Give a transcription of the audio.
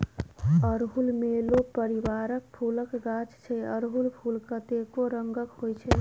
अड़हुल मेलो परिबारक फुलक गाछ छै अरहुल फुल कतेको रंगक होइ छै